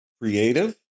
Creative